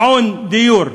מעון, דיור,